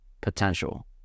potential